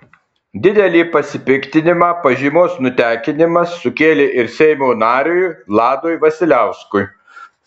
didelį pasipiktinimą pažymos nutekinimas sukėlė ir seimo nariui vladui vasiliauskui